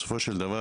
בסופו של דבר,